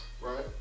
Right